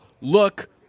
look